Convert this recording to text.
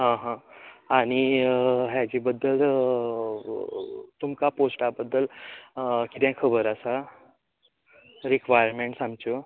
आं हां आनी हेच्या बदल तुमका पोस्टा बदल किदें खबर आसा रिक्वारमेन्टस आमच्यो